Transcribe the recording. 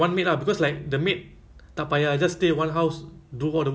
ya I think someone call but I ignore first ah